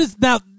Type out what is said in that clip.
Now